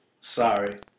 Sorry